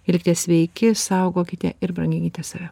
ir sveiki saugokite ir branginkite save